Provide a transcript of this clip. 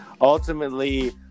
ultimately